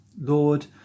Lord